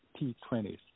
T20s